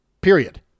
period